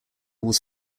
was